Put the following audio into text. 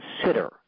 consider